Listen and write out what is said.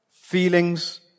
feelings